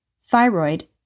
thyroid